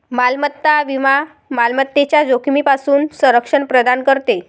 मालमत्ता विमा मालमत्तेच्या जोखमीपासून संरक्षण प्रदान करते